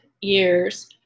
years